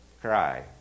cry